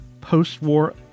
post-war